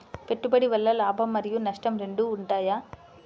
పెట్టుబడి వల్ల లాభం మరియు నష్టం రెండు ఉంటాయా?